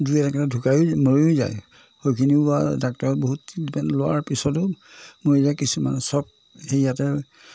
দুই এটা তেনেক ঢুকায় মৰিও যায় সেইখিনিও বা ডাক্তৰে বহুত টিটমেন লোৱাৰ পিছতো মৰি যায় কিছুমান সব সেয়াতে